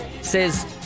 Says